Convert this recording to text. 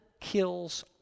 kills